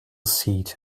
seat